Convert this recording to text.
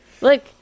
Look